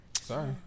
Sorry